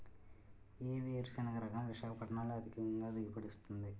ఏ వేరుసెనగ రకం విశాఖపట్నం లో అధిక దిగుబడి ఇస్తుంది?